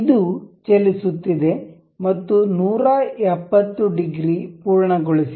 ಇದು ಚಲಿಸುತ್ತಿದೆ ಮತ್ತು 170 ಡಿಗ್ರಿ ಪೂರ್ಣಗೊಳಿಸಿದೆ